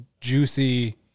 juicy